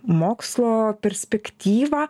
mokslo perspektyvą